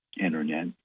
Internet